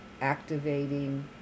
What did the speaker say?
activating